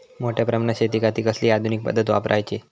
मोठ्या प्रमानात शेतिखाती कसली आधूनिक पद्धत वापराची?